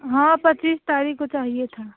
हाँ पच्चीस तारीख़ को चाहिए था